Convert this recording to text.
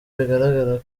bigaragara